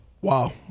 Wow